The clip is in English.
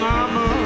Mama